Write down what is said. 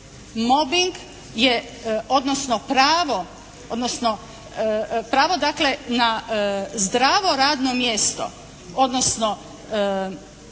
Mobing je odnosno pravo, odnosno pravo dakle na zdravo radno mjesto odnosno